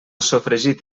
sofregit